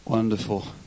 Wonderful